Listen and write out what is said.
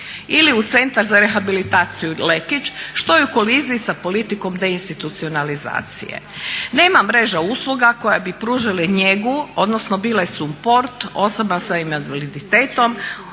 ili u Centar za rehabilitaciju Lekić što je u koaliziji sa politikom deinstitucionalizacije. Nema mreža usluga koja bi pružila njegu odnosno bile support osoba sa invaliditetom